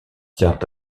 tient